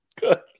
Good